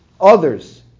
others